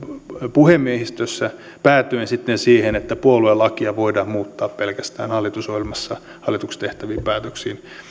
puhemiehistössä päätyen sitten siihen että puoluelakia voidaan muuttaa pelkästään hallitusohjelmassa hallituksessa tehtävin päätöksin